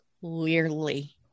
clearly